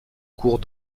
cours